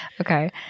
Okay